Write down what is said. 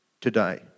today